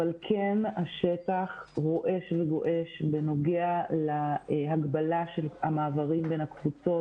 אבל כן השטח רועש וגועש בנוגע להגבלה של המעברים בין הקבוצות.